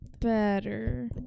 better